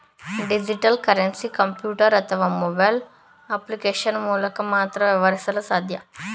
digital currency computer ಅಥವಾ mobile application ಮೂಲಕ ಮಾತ್ರ ವ್ಯವಹರಿಸಲು ಸಾಧ್ಯ